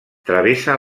travessa